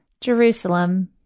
Jerusalem